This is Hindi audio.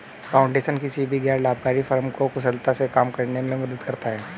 फाउंडेशन किसी भी गैर लाभकारी फर्म को कुशलता से काम करने में मदद करता हैं